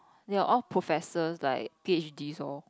they are all professors like P_H_Ds lor